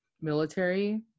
military